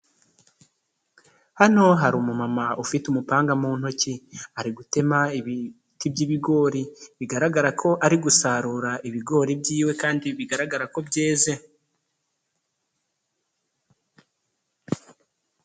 Hano hari umumama ufite umupanga mu ntoki, ari gutema ibiti by'ibigori, bigaragara ko ari gusarura ibigori by'iwe kandi bigaragara ko byeze.